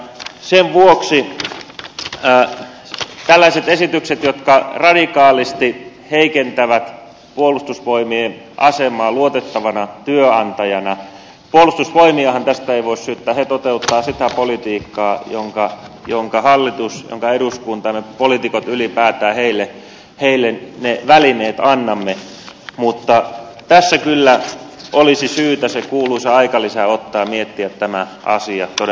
sen vuoksi tällaisissa esityksissä jotka radikaalisti heikentävät puolustusvoimien asemaa luotettavana työnantajana puolustusvoimiahan tästä ei voi syyttää se toteuttaa sitä politiikkaa jonka hallitus jonka eduskunta antaa me poliitikot ylipäätään heille ne välineet annamme kyllä olisi syytä se kuuluisa aikalisä ottaa ja miettiä tämä asia todellakin alusta